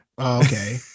Okay